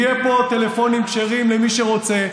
יהיו פה טלפונים כשרים למי שרוצה,